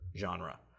genre